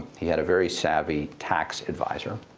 he had a very savvy tax adviser